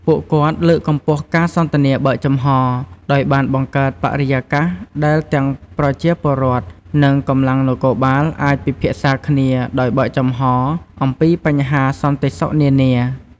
ពួកគាត់លើកកម្ពស់ការសន្ទនាបើកចំហរ ដោយបានបង្កើតបរិយាកាសដែលទាំងប្រជាពលរដ្ឋ និងកម្លាំងនគរបាលអាចពិភាក្សាគ្នាដោយបើកចំហរអំពីបញ្ហាសន្តិសុខនានា។